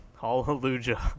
Hallelujah